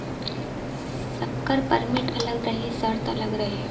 सबकर परमिट अलग रही सर्त अलग रही